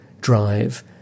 drive